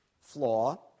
flaw